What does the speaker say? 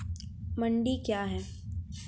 मंडी क्या हैं?